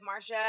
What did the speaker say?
Marsha